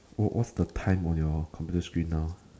what what's the time on your computer screen now